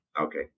Okay